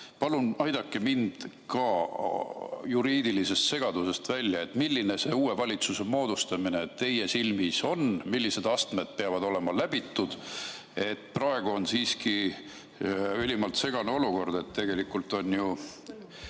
Palun aidake mind ka juriidilisest segadusest välja. Milline see uue valitsuse moodustamine teie silmis on, millised astmed peavad olema läbitud? Praegu on siiski ülimalt segane olukord, tegelikult on ju